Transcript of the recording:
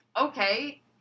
Okay